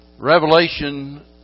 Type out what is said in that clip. Revelation